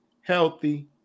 healthy